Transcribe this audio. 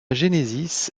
genesis